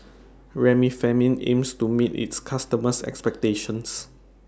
Remifemin aims to meet its customers' expectations